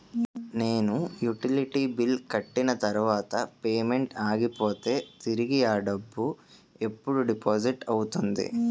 నేను utility bill కట్టిన తర్వాత పేమెంట్ ఆగిపోతే తిరిగి అ డబ్బు ఎప్పుడు డిపాజిట్ అవుతుంది?